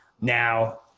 Now